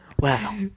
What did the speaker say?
Wow